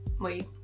Wait